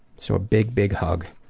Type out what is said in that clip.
so a big, big hug